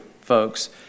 folks